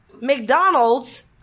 McDonald's